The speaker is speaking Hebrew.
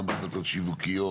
גם בהחלטות שיווקיות,